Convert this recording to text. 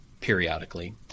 periodically